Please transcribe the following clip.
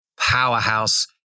powerhouse